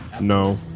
No